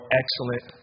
excellent